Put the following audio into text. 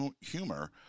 humor